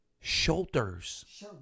shoulders